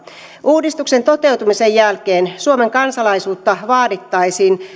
uudistuksen toteutumisen jälkeen suomen kansalaisuutta vaadittaisiin